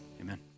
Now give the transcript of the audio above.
amen